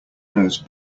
knows